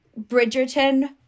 Bridgerton